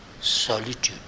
solitude